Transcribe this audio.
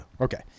Okay